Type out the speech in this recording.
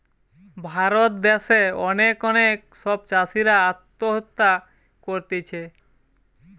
ভারত দ্যাশে অনেক অনেক সব চাষীরা আত্মহত্যা করতিছে